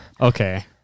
Okay